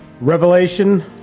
Revelation